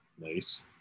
Nice